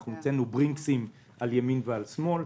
אנחנו הוצאנו ברינקסים על ימין ועל שמאל,